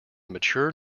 mature